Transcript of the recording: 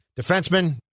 Defenseman